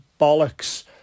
bollocks